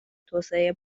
توسعه